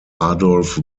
adolf